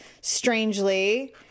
strangely